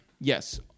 Yes